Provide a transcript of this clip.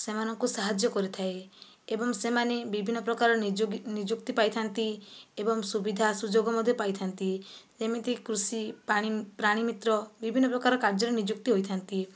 ସେମାନଙ୍କୁ ସାହାଯ୍ୟ କରିଥାଏ ଏବଂ ସେମାନେ ବିଭିନ୍ନ ପ୍ରକାର ନିଯୁକ୍ତି ପାଇଥାନ୍ତି ଏବଂ ସୁବିଧା ସୁଯୋଗ ମଧ୍ୟ ପାଇଥାନ୍ତି ଏମିତି କୃଷି ପ୍ରାଣୀ ମିତ୍ର ବିଭିନ୍ନ ପ୍ରକାର କାର୍ଯ୍ୟରେ ନିଯୁକ୍ତି ହୋଇଥାନ୍ତି